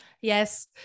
Yes